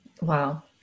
Wow